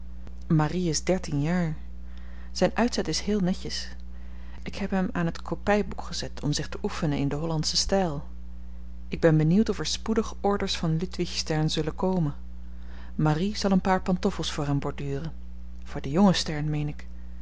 marie is dertien jaar zyn uitzet is heel netjes ik heb hem aan t kopyboek gezet om zich te oefenen in den hollandschen styl ik ben benieuwd of er spoedig orders van ludwig stern zullen komen marie zal een paar pantoffels voor hem borduren voor den jongen stern meen ik